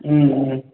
ம் ம்